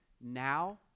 now